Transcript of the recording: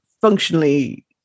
functionally